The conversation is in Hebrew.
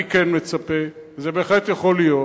אני כן מצפה, וזה בהחלט יכול להיות,